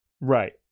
Right